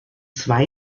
zwei